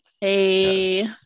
Hey